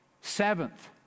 Seventh